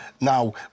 now